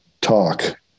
talk